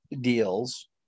deals